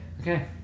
Okay